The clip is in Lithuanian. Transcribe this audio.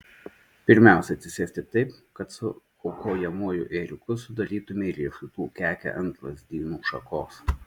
pirmiausia atsisėsti taip kad su aukojamuoju ėriuku sudarytumei riešutų kekę ant lazdyno šakos